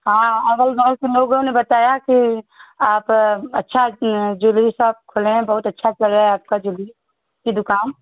हाँ अग़ल बग़ल से लोगों ने बताया कि आप अच्छा जुलरी शॉप खोले हैं बहुत अच्छा चल रहा है आपकी जुलरी की दुकान